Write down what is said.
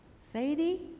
Sadie